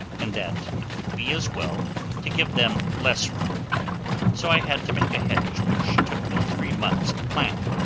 and that it would be as well to give them less room so i had to make a hedge which took me three months to plant.